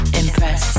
impress